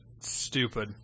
stupid